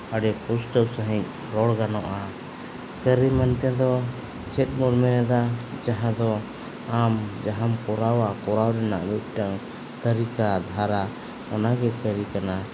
ᱟᱹᱰᱤ ᱯᱩᱥᱴᱟᱹᱣ ᱥᱟᱺᱦᱤᱡ ᱨᱚᱲ ᱜᱟᱱᱚᱜᱼᱟ ᱠᱟᱹᱨᱤ ᱢᱮᱱᱛᱮ ᱫᱚ ᱪᱮᱫ ᱵᱚᱱ ᱢᱮᱱᱫᱟ ᱡᱟᱦᱟᱸ ᱫᱚ ᱟᱢ ᱡᱟᱦᱟᱢ ᱠᱚᱨᱟᱣᱟ ᱠᱚᱨᱟᱣ ᱨᱮᱱᱟᱜ ᱢᱤᱫᱴᱟᱹᱱ ᱛᱟᱹᱨᱤᱠᱟ ᱫᱷᱟᱨᱟ ᱚᱱᱟᱜᱮ ᱠᱟᱹᱨᱤ ᱠᱟᱱᱟ